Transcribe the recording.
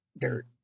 dirt